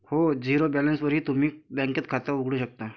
हो, झिरो बॅलन्सवरही तुम्ही बँकेत खातं उघडू शकता